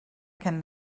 can